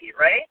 right